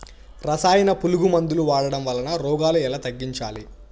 రసాయన పులుగు మందులు వాడడం వలన రోగాలు ఎలా తగ్గించాలి?